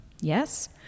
yes